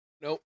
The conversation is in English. nope